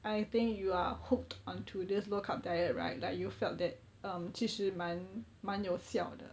I think you are hooked onto this low carb diet right like you felt that um 其实蛮蛮有效的